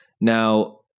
Now